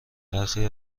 برخی